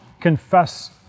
confess